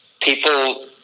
people